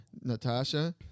Natasha